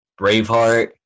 Braveheart